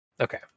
Okay